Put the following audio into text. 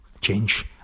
change